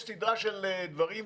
יש סדרה של דברים.